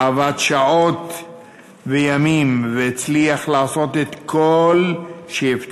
עבד שעות כימים והצליח לעשות את כל אשר הבטיח.